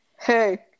Hey